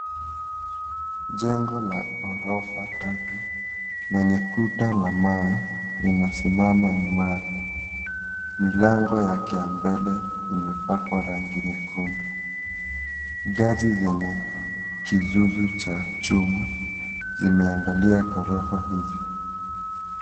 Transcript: Jengo la ghorofa tatu lenye kuta za mawe linasimama imara. Milango yake ya mbele imepakwarangi nyekundu. Nazi zenye kizuzu cha chuma zimeangalia ghorofa hizi.